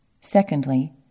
Secondly